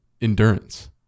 endurance